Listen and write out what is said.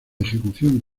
ejecución